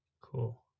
Cool